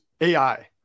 AI